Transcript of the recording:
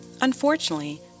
Unfortunately